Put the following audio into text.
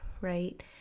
right